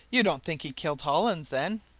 you don't think he killed hollins, then?